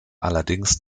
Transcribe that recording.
allerdings